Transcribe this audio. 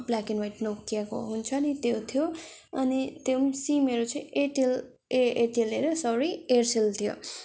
black and white नोकियाको हुन्छ नि त्यो थियो अनि त्यो पनि सिमहरू चाहिँ एयरटेल ए एयरटेल अरे सरी एयरसेल थियो